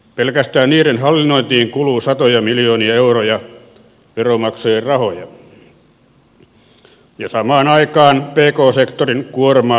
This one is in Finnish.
pelkästään niiden hallinnointiin kuluu satoja miljoonia euroja veronmaksajien rahoja ja samaan aikaan pk sektorin kuormaa lisätään